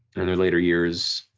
in the later years,